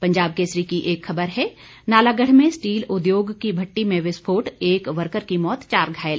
पंजाब केसरी की एक खबर है नालागढ़ में स्टील उद्योग की भट्ठी में विस्फोट एक वर्कर की मौत चार घायल